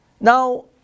Now